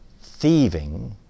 thieving